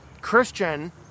Christian